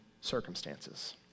circumstances